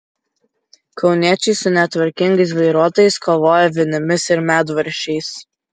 kauniečiai su netvarkingais vairuotojais kovoja vinimis ir medvaržčiais